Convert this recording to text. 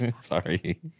Sorry